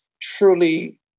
truly